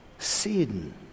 Sin